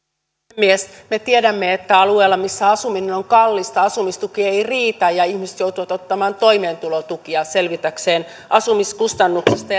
puhemies me tiedämme että alueilla missä asuminen on kallista asumistuki ei riitä ja ihmiset joutuvat ottamaan toimeentulotukea selvitäkseen asumiskustannuksista